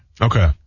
Okay